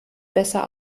besser